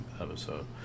episode